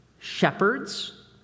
Shepherds